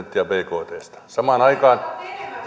prosenttia bktsta samaan aikaan